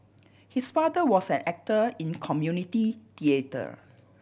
his father was an actor in community theatre